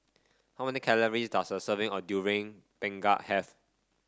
how many calories does a serving of Durian Pengat have